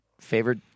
favorite